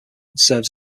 serves